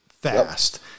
fast